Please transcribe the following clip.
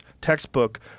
textbook